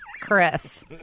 Chris